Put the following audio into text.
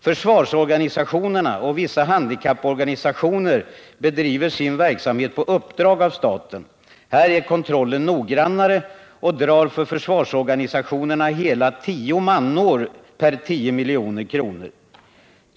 Försvarsorganisationerna och vissa handikapporganisationer bedriver sin verksamhet på uppdrag av staten. Här är kontrollen noggrannare och drar för försvarsorganisationerna hela sju manår per 10 milj.kr.